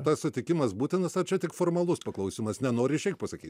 tas sutikimas būtinas ar čia tik formalus paklausimas nenori išeik pasakys